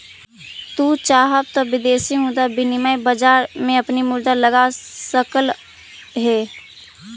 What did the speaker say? तू चाहव त विदेशी मुद्रा विनिमय बाजार में अपनी मुद्रा लगा सकलअ हे